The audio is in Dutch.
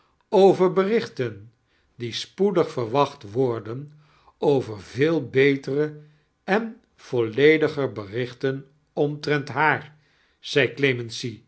over berichten die spoedig verwaoht worden over veel beteire en vollediger berichten omfarent haar zei clemency